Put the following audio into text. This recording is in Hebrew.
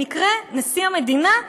במקרה נשיא המדינה?